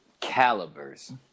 calibers